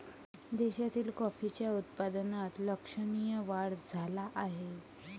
देशातील कॉफीच्या उत्पादनात लक्षणीय वाढ झाला आहे